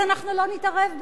אז אנחנו לא נתערב בזה.